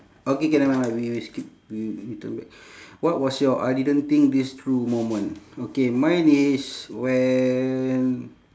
okay K nevermind nevermind we we skip we we turn back what was your I didn't think this through moment okay mine is when